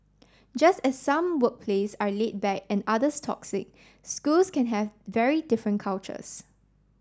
just as some workplaces are laid back and others toxic schools can have very different cultures